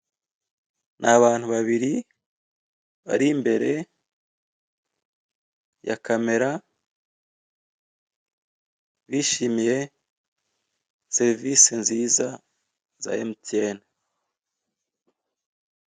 Ni abantu babiri bari imbere ya kamera bishimiye serivise nziza za emutiyene.